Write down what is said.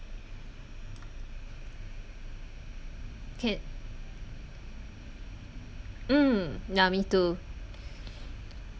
kay~ mm ya me too